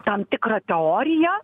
tam tikrą teoriją